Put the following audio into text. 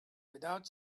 without